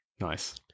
Nice